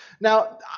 Now